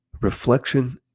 Reflection